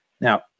Now